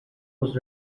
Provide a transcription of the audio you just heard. was